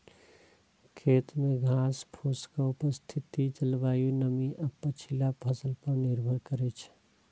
खेत मे घासफूसक उपस्थिति जलवायु, नमी आ पछिला फसल पर निर्भर करै छै